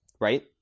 right